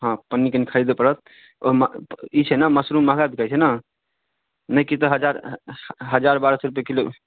हँ पन्नी कनि खरीदय पड़त ओहिमे ई छै ने मशरूम महंगा बिकाइ छै ने नहि किछु तऽ हजार हजार बारह सए रुपैए किलो